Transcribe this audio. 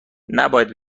نباید